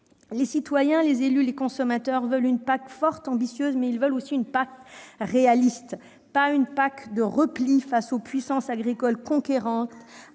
Les citoyens, les élus, les consommateurs veulent une PAC forte et ambitieuse, mais également réaliste, et non une PAC de repli face aux puissances agricoles conquérantes,